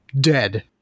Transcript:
dead